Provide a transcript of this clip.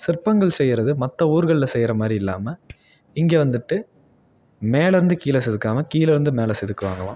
சிற்பங்கள் செய்றது மற்ற ஊர்களில் செய்கிற மாதிரி இல்லாமல் இங்கே வந்துட்டு மேலேருந்து கீழே செதுக்காமல் கீழேருந்து மேலே செதுக்குவாங்களாம்